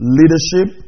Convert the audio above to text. leadership